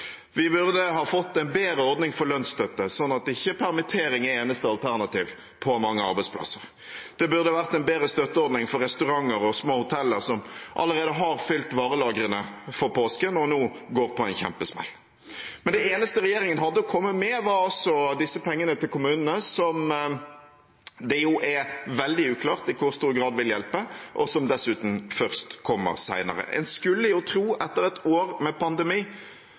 Vi burde ha fått en bedre ordning for lønnsstøtte, slik at ikke permittering er eneste alternativ på mange arbeidsplasser. Det burde vært en bedre støtteordning for restauranter og små hoteller som allerede har fylt varelagrene for påsken og nå går på en kjempesmell. Men det eneste regjeringen hadde å komme med, var disse pengene til kommunene som det er veldig uklart i hvor stor grad vil hjelpe, og som dessuten først kommer senere. En skulle jo tro, etter et år med pandemi,